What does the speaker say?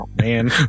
man